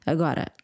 Agora